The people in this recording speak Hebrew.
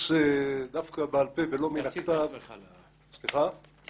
אייל